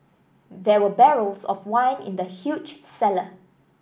there were barrels of wine in the huge cellar